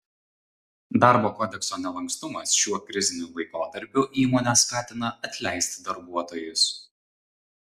darbo kodekso nelankstumas šiuo kriziniu laikotarpiu įmones skatina atleisti darbuotojus